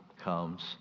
comes